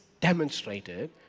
demonstrated